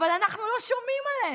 אבל אנחנו לא שומעים עליהם.